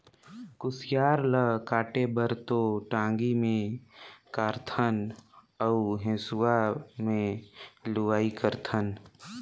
कुसियार ल काटे बर तो टांगी मे कारथन अउ हेंसुवा में लुआई करथन